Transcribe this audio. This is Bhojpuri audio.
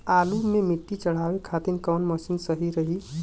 आलू मे मिट्टी चढ़ावे खातिन कवन मशीन सही रही?